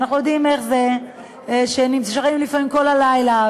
ואנחנו יודעים איך זה שנשארים לפעמים כל הלילה,